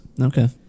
Okay